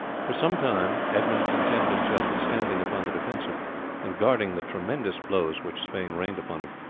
for some time edmund contented himself with standing upon the defensive and guarding the tremendous blows which sweyn rained upon him.